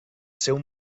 seu